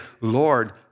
Lord